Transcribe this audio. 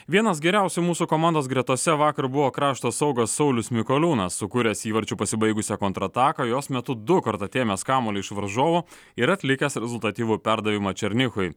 vienas geriausių mūsų komandos gretose vakar buvo krašto saugas saulius mikoliūnas sukūręs įvarčiu pasibaigusią kontrataką jos metu dukart atėmęs kamuolį iš varžovo ir atlikęs rezultatyvų perdavimą černychui